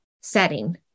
setting